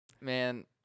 Man